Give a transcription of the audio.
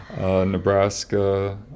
Nebraska